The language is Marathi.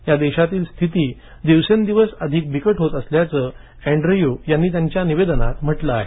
या देशातली स्थिती दिवसेंदिवस अधिक बिकट होत असल्याचं अँडूयू यांनी त्यांच्या निवेदनात म्हटलं आहे